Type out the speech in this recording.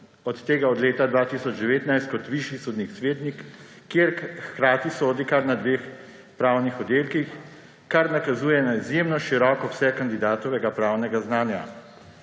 od tega od leta 2019 kot višji sodnik svetnik, kjer hkrati sodi kar na dveh pravnih oddelkih, kar nakazuje na izjemno širok obseg kandidatovega pravnega znanja.